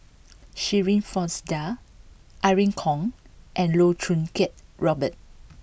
Shirin Fozdar Irene Khong and Loh Choo Kiat Robert